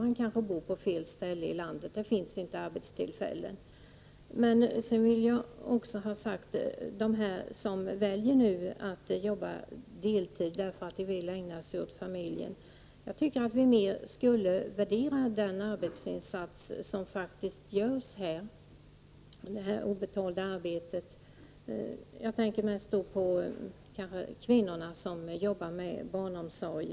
De kanske bor på fel ställe i landet. Det finns inte arbetstillfällen. Men jag vill också säga att när det gäller de som väljer att arbeta deltid därför att de vill ägna sig åt familjen borde vi mer värdera den arbetsinsats som faktiskt görs: det obetalda arbetet. Jag tänker då framför allt på de kvinnor som arbetar med barnomsorg.